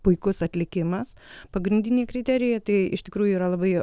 puikus atlikimas pagrindiniai kriterijai tai iš tikrųjų yra labai